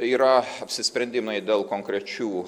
yra apsisprendimai dėl konkrečių